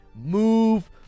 move